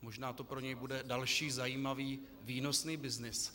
Možná to pro něj bude další zajímavý výnosný byznys.